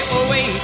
away